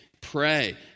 Pray